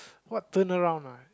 what turn around ah